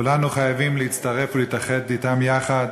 כולנו חייבים להצטרף ולהתאחד אתם יחד